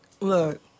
Look